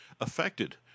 affected